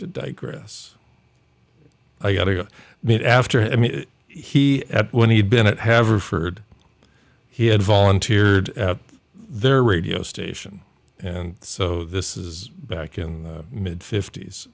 to digress i got to go meet after i mean he when he had been at haverford he had volunteered at their radio station and so this is back in the mid fift